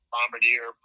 Bombardier